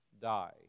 die